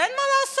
שאין מה לעשות,